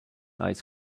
ice